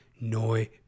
Noi